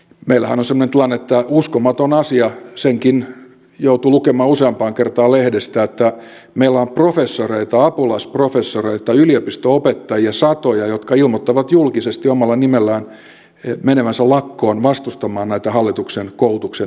meillähän on semmoinen tilanne että uskomaton asia senkin joutui lukemaan useampaan kertaan lehdestä meillä on professoreita ja apulaisprofessoreita yliopisto opettajia satoja jotka ilmoittavat julkisesti omalla nimellään menevänsä lakkoon vastustamaan näitä hallituksen koulutukseen tekemiä leikkauksia